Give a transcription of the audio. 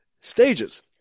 stages